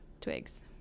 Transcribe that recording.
twigs